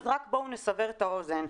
אז רק בואו נסבר את האוזן.